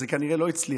זה כנראה לא הצליח,